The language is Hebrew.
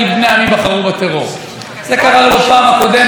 זה לא נורמלי.